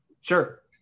Sure